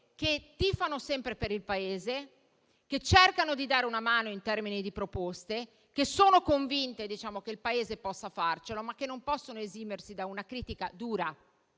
che tifano sempre per il Paese, che cercano di dare una mano in termini di proposte, che sono convinte che il Paese possa farcela, ma che non possono esimersi da una critica dura